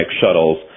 shuttles